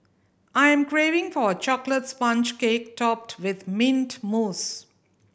I am craving for a chocolate sponge cake topped with mint mousse